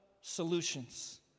solutions